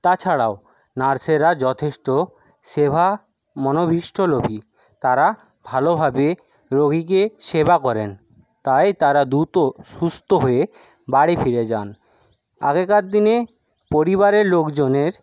তাছাড়াও নার্সেরা যথেষ্ট সেভা মনভিষ্ট লোভী তারা ভালোভাবে রোগীকে সেবা করেন তাই তারা দ্রুত সুস্থ হয়ে বাড়ি ফিরে যান আগেকার দিনে পরিবারের লোকজনের